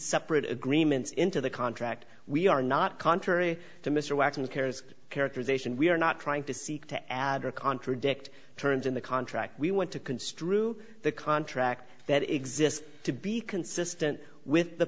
separate agreements into the contract we are not contrary to mr waxman cares characterization we are not trying to seek to add or contradict terms in the contract we want to construe the contract that exists to be consistent with the